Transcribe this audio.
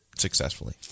successfully